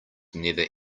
never